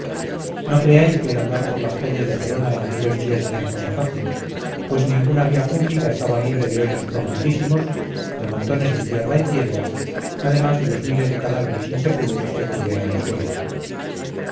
no creáis que el andar por las calles de gerona en aquellos días era cosa fácil pues ninguna vía pública estaba libre de hoyos profundísimos de montones de tierra y piedras además de los miles de cadáveres insepultos que cubrían el suelo